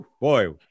boy